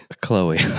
Chloe